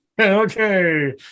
okay